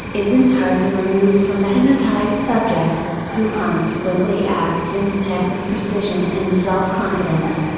is entirely removed from the hypnotized subject, who consequently acts instead with precision and self confidence.